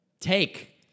take